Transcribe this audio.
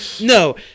No